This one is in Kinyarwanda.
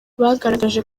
bagaragaje